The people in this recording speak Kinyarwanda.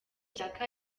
shyaka